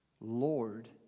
Lord